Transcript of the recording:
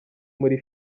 muri